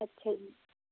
ਅੱਛਾ ਜੀ